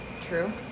True